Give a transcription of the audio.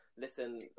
Listen